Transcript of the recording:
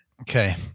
Okay